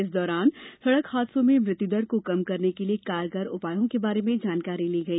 इस दौरान सड़क हादसों में मृत्यु दर को कम करने के लिए कारगर उपायो के बारे में जानकारी ली गई